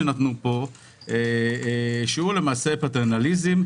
שהוא פרטנליזם,